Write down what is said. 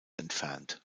entfernt